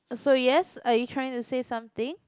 so yes are you trying to say something